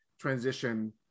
transition